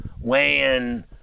weighing